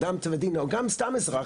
אדם טבע ודין או גם סתם אזרח,